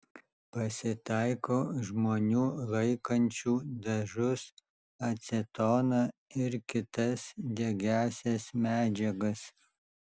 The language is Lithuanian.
pasitaiko žmonių laikančių dažus acetoną ir kitas degiąsias medžiagas